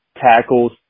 tackles